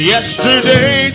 Yesterday